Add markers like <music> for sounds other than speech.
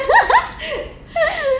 <laughs>